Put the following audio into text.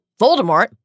Voldemort